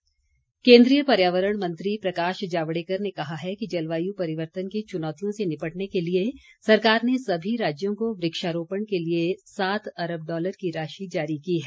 जावडेकर केन्द्रीय पर्यावरण मंत्री प्रकाश जावड़ेकर ने कहा है कि जलवायु परिवर्तन की चुनौतियों से निपटने के लिए सरकार ने सभी राज्यों को वृक्षारोपण के लिए सात अरब डॉलर की राशि जारी की है